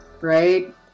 right